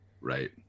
Right